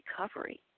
recovery